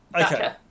Okay